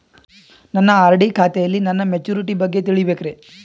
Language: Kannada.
ನನ್ನ ಆರ್.ಡಿ ಖಾತೆಯಲ್ಲಿ ನನ್ನ ಮೆಚುರಿಟಿ ಬಗ್ಗೆ ತಿಳಿಬೇಕ್ರಿ